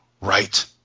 Right